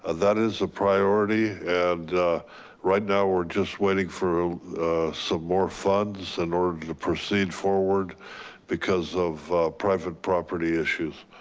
ah that is a priority and right now we're just waiting for some more funds in order to proceed forward because of private property issues.